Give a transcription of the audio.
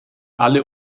alle